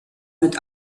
mit